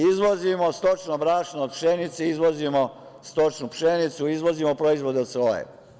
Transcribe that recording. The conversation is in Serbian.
Izvozimo stočno brašno, izvozimo stočnu pšenicu, izvozimo proizvode od soje.